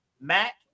Mac